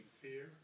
fear